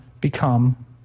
become